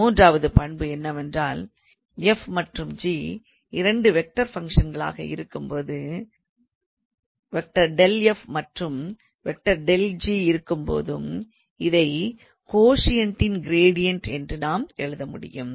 மூன்றாவது பண்பு என்னவென்றால் f மற்றும் g இரண்டு வெக்டார் ஃபங்க்ஷன்களாக இருக்கும்போதும் ∇⃗𝑓 மற்றும் ∇⃗𝑔 இருக்கும்போதும் இதை கோஷியண்ட்டின் கிரேடியண்ட் என்று நாம் எழுத முடியும்